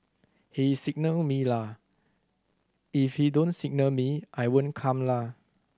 he signal me la if he don't signal me I won't come la